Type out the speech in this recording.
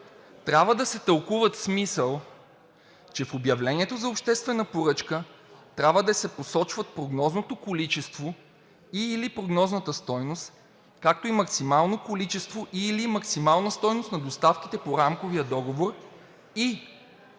„трябва да се тълкуват в смисъл, че в обявлението за обществена поръчка трябва да се посочват прогнозното количество и/или прогнозната стойност, както и максимално количество или максимална стойност на доставките по рамковия договор и